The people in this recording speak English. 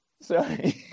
Sorry